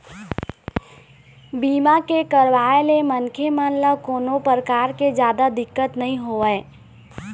बीमा के करवाय ले मनखे मन ल कोनो परकार के जादा दिक्कत नइ होवय